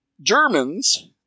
Germans